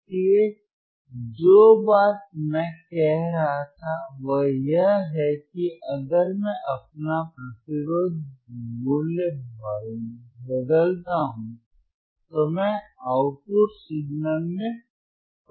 इसलिए जो बात मैं कह रहा था वह यह है कि अगर मैं अपना प्रतिरोध मूल्य बदलता हूं तो मैं आउटपुट सिग्नल में परिवर्तन देख सकता हूं